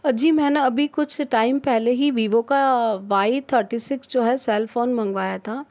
अजी मैंने अभी कुछ टाइम पहले ही विवो का वाय थर्टी सिक्स जो है सेल फ़ोन मंगवाया था